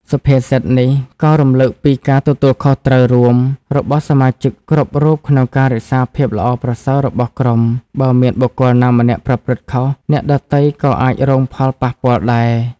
សុភាសិតនេះក៏រំលឹកពី ការទទួលខុសត្រូវរួម របស់សមាជិកគ្រប់រូបក្នុងការរក្សាភាពល្អប្រសើររបស់ក្រុម បើមានបុគ្គលណាម្នាក់ប្រព្រឹត្តខុស អ្នកដទៃក៏អាចរងផលប៉ះពាល់ដែរ។